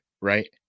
right